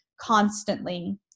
constantly